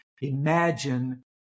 imagine